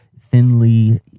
thinly